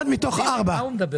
אחד מתוך ארבעה.